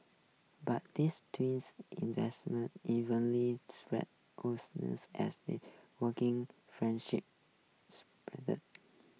but this twins investment spread as they working friendship